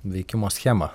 veikimo schemą